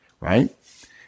right